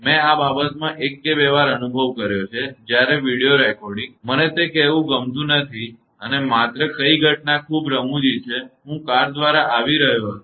મેં આ બાબતમાં એક કે બે વાર અનુભવ કર્યો કે જ્યારે વિડિઓ રેકોર્ડિંગ મને તે કહેવું ગમતું નથી અને માત્ર કઈ ઘટના ખૂબ રમૂજી છે કે હું કાર દ્વારા આવી રહ્યો હતો